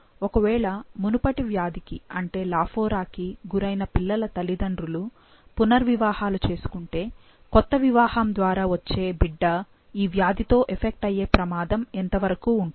ఒకవేళ మునుపటి వ్యాధికి అంటే లాఫోరాకి గురైన పిల్లల తల్లిదండ్రులు పునర్వివాహాలు చేసుకుంటే కొత్త వివాహం ద్వారా వచ్చే బిడ్డ ఈవ్యాధి తో ఎఫెక్ట్ అయ్యే ప్రమాదం ఎంతవరకు ఉంటుంది